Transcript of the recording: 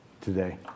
today